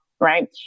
right